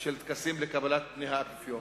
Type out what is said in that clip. של טקסים לקבלת פני האפיפיור,